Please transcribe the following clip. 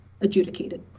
adjudicated